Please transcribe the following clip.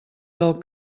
del